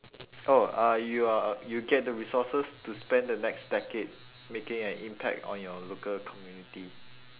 oh uh you're uh you get the resource to spend the next decade making an impact on your local community